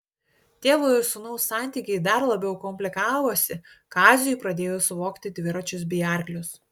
tėvo ir sūnaus santykiai dar labiau komplikavosi kaziui pradėjus vogti dviračius bei arklius